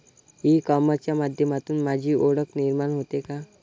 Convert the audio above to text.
E कॉमर्सच्या माध्यमातून माझी ओळख निर्माण होते का?